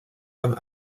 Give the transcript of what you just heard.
comme